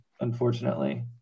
unfortunately